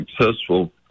successful